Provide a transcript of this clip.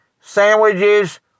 sandwiches